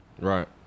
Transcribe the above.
Right